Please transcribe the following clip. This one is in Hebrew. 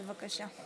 בבקשה.